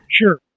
sure